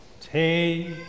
Take